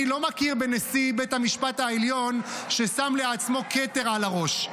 אני לא מכיר בנשיא בית המשפט העליון ששם לעצמו כתר על הראש.